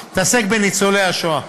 מתעסק בניצולי השואה.